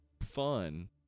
fun